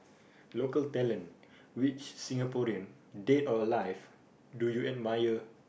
local talent which Singaporean dead or alive do you admire